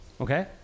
Okay